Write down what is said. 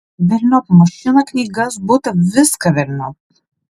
velniop mašiną knygas butą viską velniop